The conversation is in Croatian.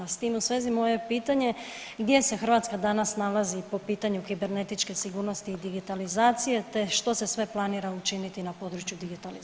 S tim u svezi moje je pitanje, gdje se Hrvatska danas nalazi po pitanju kibernetičke sigurnosti i digitalizacije te što se sve planira učiniti na području digitalizacije?